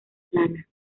plana